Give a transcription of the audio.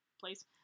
place